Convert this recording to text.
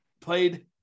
played